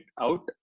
out